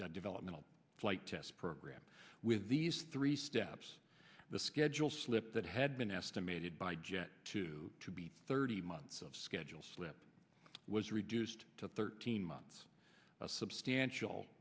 developmental flight test program these three steps the schedule slip that had been estimated by jet to be thirty months of schedule slip was reduced to thirteen months of substantial